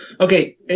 okay